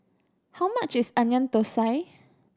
how much is Onion Thosai